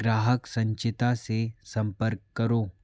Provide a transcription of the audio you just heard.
ग्राहक संचिता से सम्पर्क करो